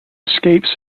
escapes